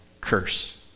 curse